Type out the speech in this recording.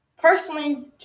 personally